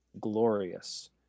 glorious